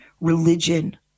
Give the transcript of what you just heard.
religion